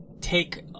take